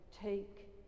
Take